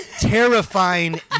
terrifying